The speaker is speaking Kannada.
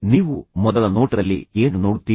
ನೀವು ಮೊದಲ ನೋಟದಲ್ಲಿ ಏನು ನೋಡುತ್ತೀರಿ